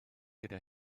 gyda